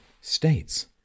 States